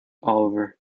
oliver